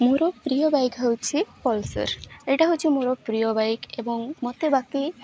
ମୋର ପ୍ରିୟ ବାଇକ୍ ହେଉଛି ପଲ୍ସର୍ ଏଇଟା ହେଉଛି ମୋର ପ୍ରିୟ ବାଇକ୍ ଏବଂ ମୋତେ ବାକି